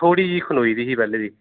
थोह्ड़ी जनेही खनोई दी ही पैह्लें दी